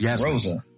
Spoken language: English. Rosa